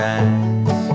eyes